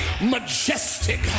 majestic